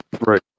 Right